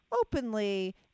openly